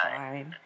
fine